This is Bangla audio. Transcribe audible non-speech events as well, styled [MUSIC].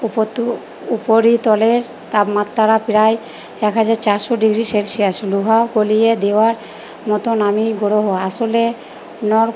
[UNINTELLIGIBLE] উপরিতলের তাপমাত্রা প্রায় এক হাজার চারশো ডিগ্রি সেলসিয়াস লোহাও গলিয়ে দেওয়ার মতো নামী গ্রহ আসলে [UNINTELLIGIBLE]